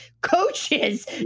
coaches